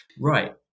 right